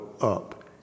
up